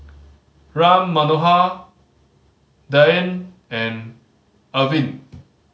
Ram Manohar Dhyan and Arvind